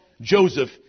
Joseph